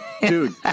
Dude